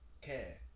care